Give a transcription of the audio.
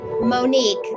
Monique